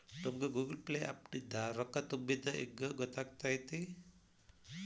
ನಮಗ Google Pay app ನಿಂದ ರೊಕ್ಕಾ ತುಂಬಿದ್ದ ಹೆಂಗ್ ಗೊತ್ತ್ ಆಗತೈತಿ?